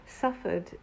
suffered